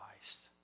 Christ